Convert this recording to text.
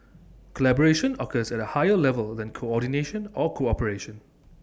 collaboration occurs at A higher level than coordination or cooperation